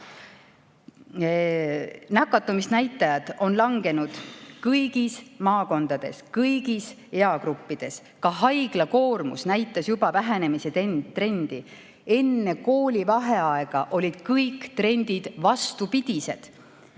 Nakatumisnäitajad olid langenud kõigis maakondades, kõigis eagruppides, ka haiglakoormus näitas juba vähenemise trendi. Enne koolivaheaega olid kõik trendid vastupidised.